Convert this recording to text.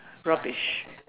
rubbish